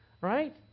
right